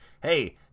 Hey